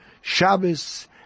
Shabbos